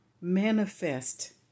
manifest